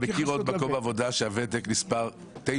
אתה מכיר עוד מקום העבודה שהוותק נספר 9,